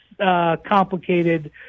Complicated